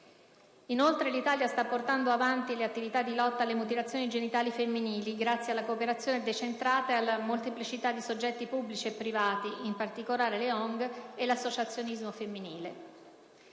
Inoltre, l'Italia sta portando avanti l'attività di lotta alle mutilazioni genitali femminili, grazie alla cooperazione decentrata e alla molteplicità di soggetti pubblici e privati, in particolare le ONG e l'associazionismo femminile.